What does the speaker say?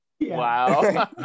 Wow